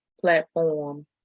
platform